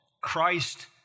Christ